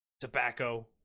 tobacco